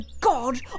God